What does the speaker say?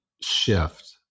shift